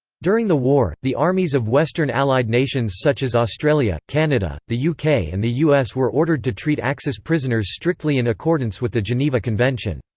during the war, the armies of western allied nations such as australia, canada, the yeah uk and the us were ordered to treat axis prisoners strictly in accordance with the geneva convention.